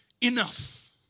enough